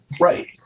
Right